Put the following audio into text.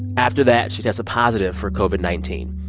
after that, she tested positive for covid nineteen.